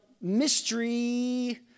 mystery